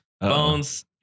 Bones